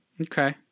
Okay